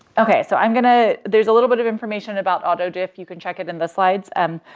okay. so i'm going to there's a little bit of information about auto diff you can check it in the slides. um, ah,